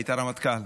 היית רמטכ"ל,